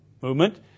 movement